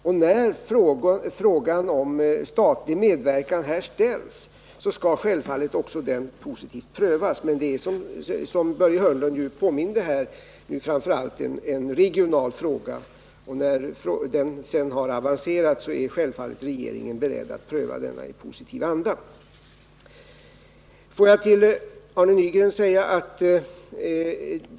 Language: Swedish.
När nu frågan om en statlig medverkan har ställts, så skall den självfallet positivt prövas. Som Börje Hörnlund påminde om är detta visserligen framför allt en regionalpolitisk fråga, men så snart den har avancerat är regeringen självfallet beredd att pröva den i positiv anda. Låt mig sedan återkomma till Arne Nygren när det gäller frågan om Polarvagnen.